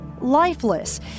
lifeless